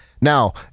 Now